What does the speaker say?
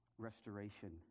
restoration